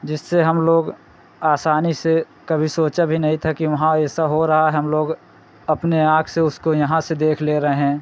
जिससे हम लोग आसानी से कभी सोचा भी नहीं था कि वहाँ ऐसा हो रहा है हम लोग अपने आँख से उसको यहाँ से देख ले रहे हैं